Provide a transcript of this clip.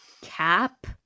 cap